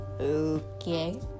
Okay